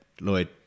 Lloyd